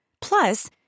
Plus